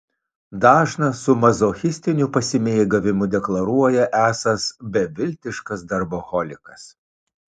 dažnas su mazochistiniu pasimėgavimu deklaruoja esąs beviltiškas darboholikas